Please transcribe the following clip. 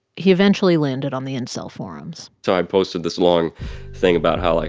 he eventually landed on the incel forums so i posted this long thing about how, like,